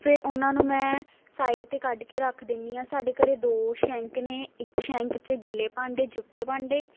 ਫਿਰ ਉਹਨਾਂ ਨੂੰ ਮੈਂ ਸਾਈਡ ਤੇ ਕੱਢ ਕੇ ਰੱਖ ਦਿੰਦੀ ਹਾਂ ਸਾਡੇ ਘਰ ਦੋ ਸ਼ੈਂਕ ਨੇ ਇੱਕ ਸੈਂਕ 'ਚ ਗਿੱਲੇ ਭਾਂਡੇ ਜੂਠੇ ਭਾਂਡੇ